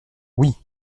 oui